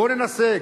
בואו ננסה,